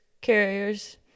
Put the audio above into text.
carriers